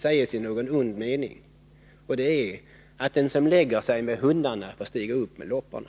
Jag har inte någon ond mening när jag nu säger: Den som lägger sig med hundarna får stiga upp med lopporna.